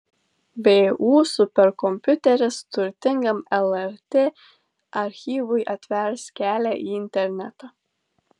vu superkompiuteris turtingam lrt archyvui atvers kelią į internetą